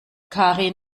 karin